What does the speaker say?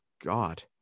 god